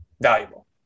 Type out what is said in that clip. valuable